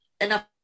enough